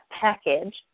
package